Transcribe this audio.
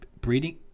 breeding